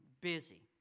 busy